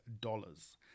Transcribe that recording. dollars